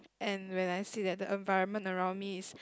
and when I say that the environment around me is